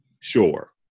Sure